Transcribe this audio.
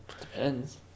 Depends